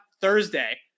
Thursday